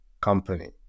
company